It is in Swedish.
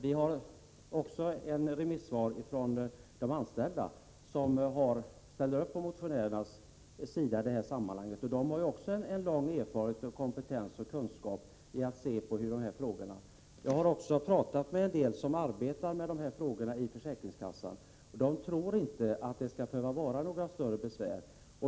Vi har också fått ett remissvar från de försäkringsanställda, som i det här sammanhanget ställer upp på motionärernas sida, och de har ju också lång erfarenhet, kompetens och kunskap i de här frågorna. Jag har också talat med en del som arbetar med de här frågorna i försäkringskassorna, och de tror inte att det skall behöva bli några större besvär.